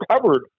covered